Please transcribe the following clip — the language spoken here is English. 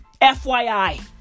FYI